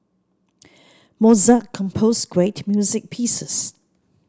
Mozart composed great music pieces